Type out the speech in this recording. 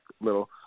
Little